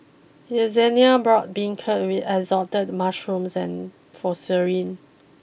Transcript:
Yessenia brought Beancurd with assorted Mushrooms and for